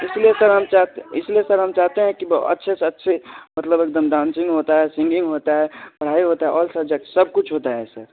इसलिए सर हम चाहते इसलिए सर हम चाहते हैं कि ब अच्छे से अच्छे मतलब एकदम डांसिंग होता है सिंगिंग होता है पढ़ाई होता है ऑल सब्जेक्ट सब कुछ होता है सर